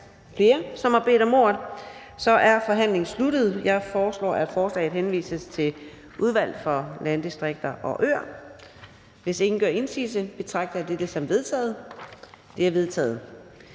flere, som har bedt om ordet, er forhandlingen sluttet. Jeg foreslår, at forslaget til folketingsbeslutning henvises til Udvalget for Landdistrikter og Øer. Hvis ingen gør indsigelse, betragter jeg dette som vedtaget. Det er vedtaget.